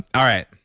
all right.